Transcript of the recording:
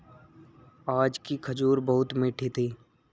आज की खजूर बहुत मीठी थी